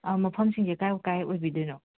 ꯃꯐꯝꯁꯤꯡꯁꯦ ꯀꯥꯏ ꯀꯥꯏ ꯑꯣꯏꯕꯤꯗꯣꯏꯅꯣ